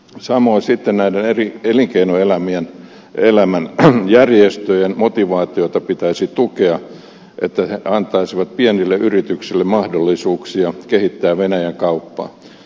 samoin sitten näiden eri elinkeinoelämän järjestöjen motivaatiota pitäisi tukea että ne antaisivat pienille yrityksille mahdollisuuksia kehittää venäjänkauppaa